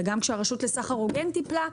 וגם כשהרשות לסחר הוגן טיפלה,